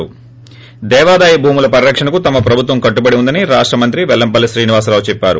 ి దేవాదాయ భూముల పరిరక్షణకు తమ ప్రభుత్వం కట్టుబడి ఉందని రాష్ట మంత్రి వెల్లంపల్లి శ్రీనివాసరావు చెప్పారు